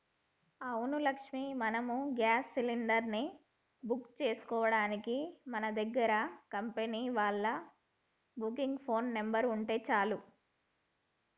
అవును లక్ష్మి మనం gas cylinder ని బుక్ చేసుకోవడానికి మన దగ్గర కంపెనీ వాళ్ళ బుకింగ్ ఫోన్ నెంబర్ ఉంటే చాలు